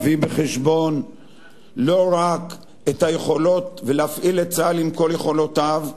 להביא בחשבון את היכולות ולהפעיל את צה"ל עם כל יכולותיו,